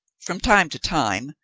from time to time,